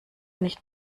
nicht